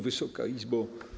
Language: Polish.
Wysoka Izbo!